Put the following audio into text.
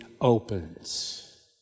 opens